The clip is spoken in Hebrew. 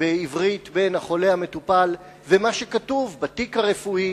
בעברית בין החולה המטופל ומה שכתוב בתיק הרפואי